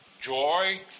joy